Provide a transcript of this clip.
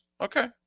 Okay